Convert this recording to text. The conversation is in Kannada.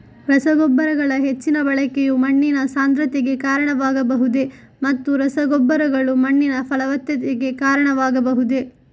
ರಸಗೊಬ್ಬರಗಳ ಹೆಚ್ಚಿನ ಬಳಕೆಯು ಮಣ್ಣಿನ ಸಾಂದ್ರತೆಗೆ ಕಾರಣವಾಗಬಹುದೇ ಮತ್ತು ರಸಗೊಬ್ಬರಗಳು ಮಣ್ಣಿನ ಫಲವತ್ತತೆಗೆ ಕಾರಣವಾಗಬಹುದೇ?